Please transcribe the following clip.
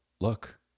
look